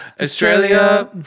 Australia